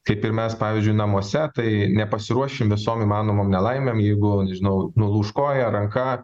kaip ir mes pavyzdžiui namuose tai nepasiruošim visom įmanomom nelaimėm jeigu nežinau nulūš koja ranka